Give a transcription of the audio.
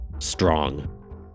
strong